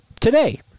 today